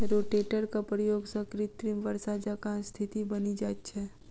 रोटेटरक प्रयोग सॅ कृत्रिम वर्षा जकाँ स्थिति बनि जाइत छै